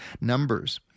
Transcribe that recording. numbers